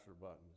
buttons